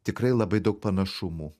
tikrai labai daug panašumų